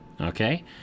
Okay